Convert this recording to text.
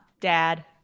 Dad